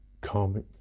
karmic